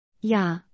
Ja